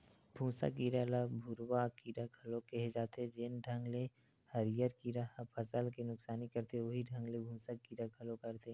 भूँसा कीरा ल भूरूवा कीरा घलो केहे जाथे, जेन ढंग ले हरियर कीरा ह फसल के नुकसानी करथे उहीं ढंग ले भूँसा कीरा घलो करथे